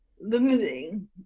Limiting